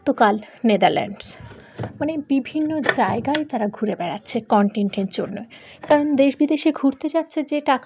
তো কাল নেদারল্যান্ডস মানে বিভিন্ন জায়গায় তারা ঘুরে বেড়াচ্ছে কন্টেন্টের জন্য কারণ দেশ বিদেশে ঘুরতে যাচ্ছে যে টাকা